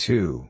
Two